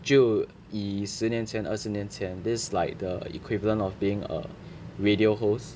就以十年前二十年前 this is like the equivalent of being a radio host